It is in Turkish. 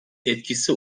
etkisi